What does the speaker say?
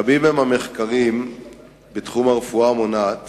רבים הם המחקרים בתחום הרפואה המונעת